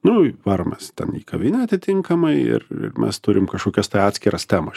nu varom mes ten į kavinę atitinkamai ir mes turim kažkokias atskiras temas